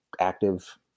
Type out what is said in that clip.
active